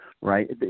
right